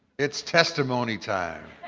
it's testimony time.